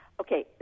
okay